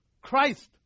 Christ